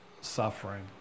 Suffering